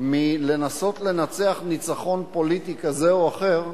מלנסות לנצח ניצחון פוליטי כזה או אחר,